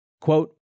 Quote